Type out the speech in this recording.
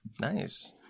Nice